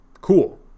cool